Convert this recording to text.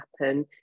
happen